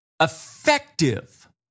effective